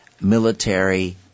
military